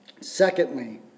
Secondly